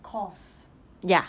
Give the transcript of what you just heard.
course